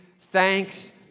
Thanks